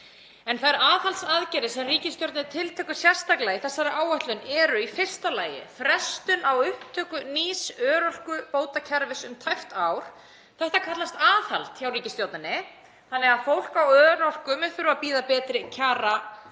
Þær aðhaldsaðgerðir sem ríkisstjórnin tiltekur sérstaklega í þessari áætlun eru í fyrsta lagi frestun á upptöku nýs örorkubótakerfis um tæpt ár. Þetta kallast aðhald hjá ríkisstjórninni, þannig að fólk á örorku mun þurfa að bíða betri kjara í